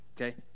Okay